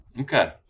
Okay